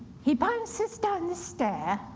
he bounces down the stair,